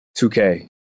2k